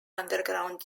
underground